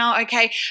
Okay